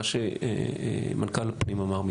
מה שמנכ"ל משרד הפנים אמר,